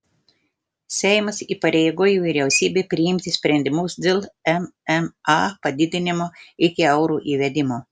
seimas įpareigojo vyriausybę priimti sprendimus dėl mma padidinimo iki euro įvedimo